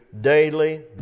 daily